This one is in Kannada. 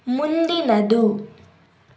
ಮುಂದಿನದು